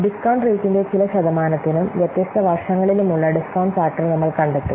discount റേറ്റ്ന്റെ ചില ശതമാനത്തിനും വ്യത്യസ്ത വർഷങ്ങളിലുമുള്ള ഡിസ്കൌണ്ട് ഫാക്ടർ നമ്മൾ കണ്ടെത്തും